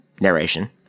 narration